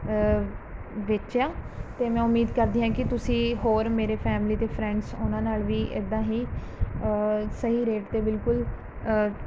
ਵੇਚਿਆ ਅਤੇ ਮੈਂ ਉਮੀਦ ਕਰਦੀ ਹਾਂ ਕਿ ਤੁਸੀਂ ਹੋਰ ਮੇਰੇ ਫੈਮਿਲੀ ਅਤੇ ਫਰੈਂਡਸ ਉਹਨਾਂ ਨਾਲ ਵੀ ਇੱਦਾਂ ਹੀ ਸਹੀ ਰੇਟ 'ਤੇ ਬਿਲਕੁਲ